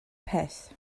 peth